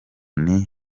nti